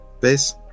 base